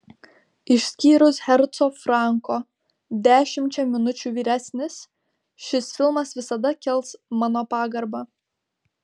išskyrus herco franko dešimčia minučių vyresnis šis filmas visada kels mano pagarbą